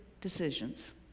decisions